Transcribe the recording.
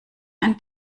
ein